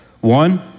One